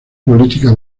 política